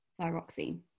thyroxine